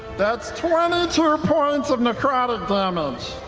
that's twenty two points of necrotic damage.